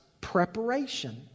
preparation